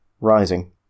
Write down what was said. rising